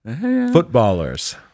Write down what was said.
Footballers